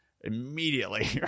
immediately